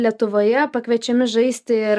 lietuvoje pakviečiami žaisti ir